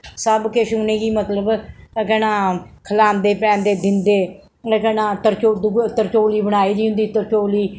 सब किश उ'नें गी मतलब केह् नां खलांदे पलांदे दिंदे ते केह् नां तरचो तरचोली बनाई दी होंदी तरचोली